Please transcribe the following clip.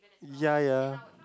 ya ya